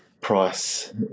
price